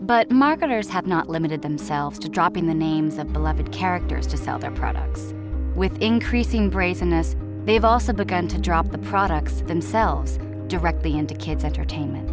have not limited themselves to dropping the names of beloved characters to sell their products with increasing brazenness they've also begun to drop the products themselves directly into kids entertainment